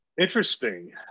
interesting